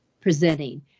presenting